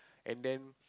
and then